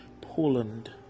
Poland